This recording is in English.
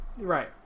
Right